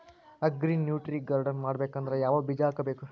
Agri nutri garden ಮಾಡಬೇಕಂದ್ರ ಯಾವ ಬೀಜ ಹಾಕಬೇಕು?